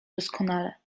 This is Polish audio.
doskonale